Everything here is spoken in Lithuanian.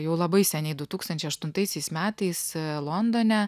jau labai seniai du tūkstančiai aštuntaisiais metais londone